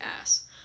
ass